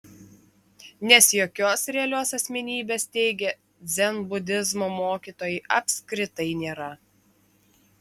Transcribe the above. nes jokios realios asmenybės teigia dzenbudizmo mokytojai apskritai nėra